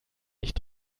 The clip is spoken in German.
nicht